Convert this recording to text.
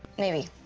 maybe.